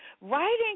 Writing